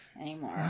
anymore